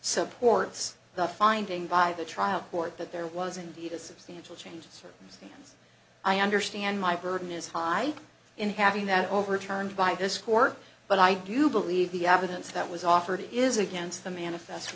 supports the finding by the trial court that there was indeed a substantial change certain speed i understand my burden is high in having that overturned by this court but i do believe the absence that was offered is against the manifest